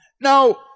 Now